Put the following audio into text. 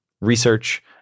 research